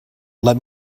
let